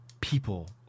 People